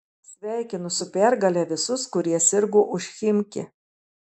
sveikinu su pergale visus kurie sirgo už chimki